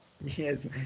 yes